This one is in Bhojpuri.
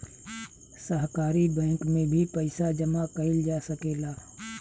सहकारी बैंक में भी पइसा जामा कईल जा सकेला